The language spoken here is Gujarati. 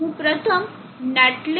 હું પ્રથમ netlist charger